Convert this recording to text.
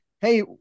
Hey